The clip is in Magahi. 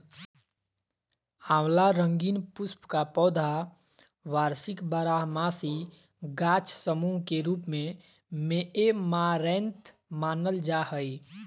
आँवला रंगीन पुष्प का पौधा वार्षिक बारहमासी गाछ सामूह के रूप मेऐमारैंथमानल जा हइ